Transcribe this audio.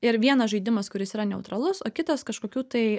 ir vienas žaidimas kuris yra neutralus o kitas kažkokių tai